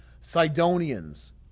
Sidonians